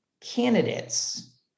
candidates